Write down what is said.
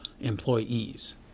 employees